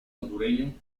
hondureño